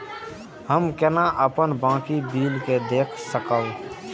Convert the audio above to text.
हम केना अपन बाकी बिल के देख सकब?